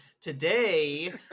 Today